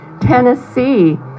Tennessee